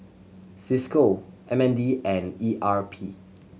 Cisco M N D and E R P